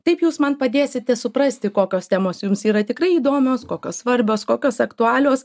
taip jūs man padėsite suprasti kokios temos jums yra tikrai įdomios kokios svarbios kokios aktualios